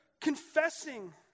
confessing